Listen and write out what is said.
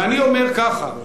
ואני אומר ככה,